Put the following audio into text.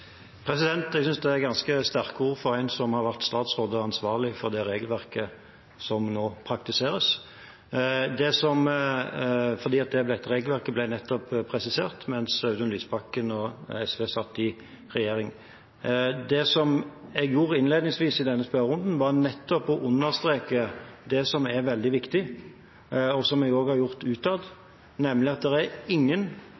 Jeg synes dette er ganske sterke ord fra en som har vært statsråd og ansvarlig for det regelverket som nå praktiseres, for dette regelverket ble presisert nettopp da Audun Lysbakken og SV satt i regjering. Det jeg gjorde innledningsvis i denne spørrerunden, var nettopp å understreke det som er veldig viktig, og som jeg også har gjort utad, nemlig at